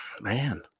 man